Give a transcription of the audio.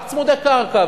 רק צמודי קרקע.